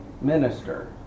minister